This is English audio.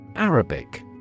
Arabic